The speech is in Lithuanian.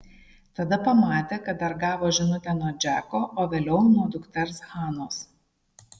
tada pamatė kad dar gavo žinutę nuo džeko o vėliau nuo dukters hanos